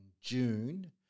June